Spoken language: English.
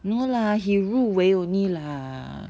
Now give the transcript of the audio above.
no lah he 入围 only lah